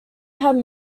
had